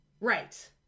Right